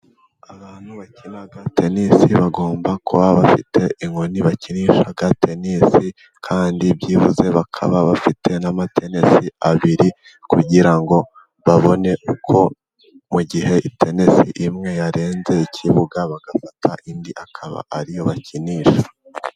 Abantu bakina tenisi bagomba kuba bafite inkoni bakinisha tenisi, kandi byibuze bakaba bafite n'amatenesi abiri, kugira ngo babone uko mu gihe tenesi imwe yarenze ikibuga, bagafata indi akaba ariyo bakinisha.